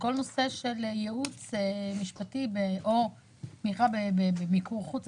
בכל הנושא של ייעוץ משפטי או במיקור חוץ.